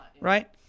right